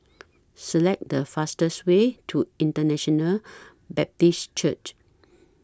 Select The fastest Way to International Baptist Church